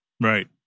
right